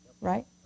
right